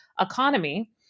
economy